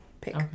Pick